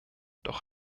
doch